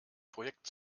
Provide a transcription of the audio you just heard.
projekt